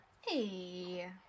Hey